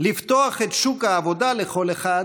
לפתוח את שוק העבודה לכל אחד